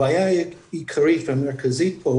הבעיה העיקרית והמרכזית פה,